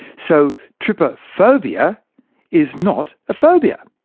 so trypophobia is not a phobia!